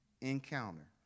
encounter